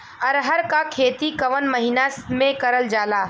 अरहर क खेती कवन महिना मे करल जाला?